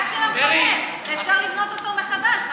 רק של המחבל, שאפשר לבנות אותו מחדש.